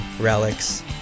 relics